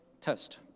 Test